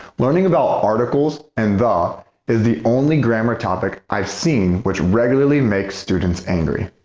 learning about articles and the is the only grammar topic i've seen which regularly makes students angry.